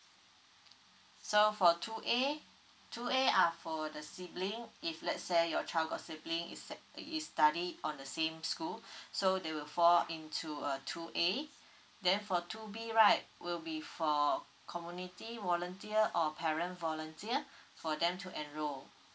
so for two A two A are for the sibling if let's say your child got sibling is st~ i~ is study on the same school so they will fall into uh two A then for two B right will be for community volunteer or parent volunteer for them to enrol